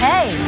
Hey